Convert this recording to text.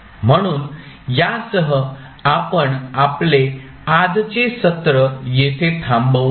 म्हणून यासह आपण आपले आजचे सत्र येथे थांबवुया